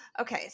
okay